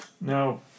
No